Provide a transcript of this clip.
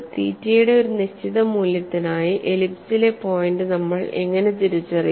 തീറ്റയുടെ ഒരു നിശ്ചിത മൂല്യത്തിനായി എലിപ്സിലെ പോയിന്റ് നമ്മൾ എങ്ങനെ തിരിച്ചറിയും